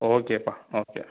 ஓக்கேப்பா okay